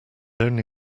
only